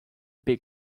big